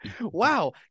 Wow